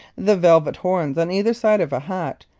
the velvet horns on either side of a hat,